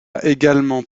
également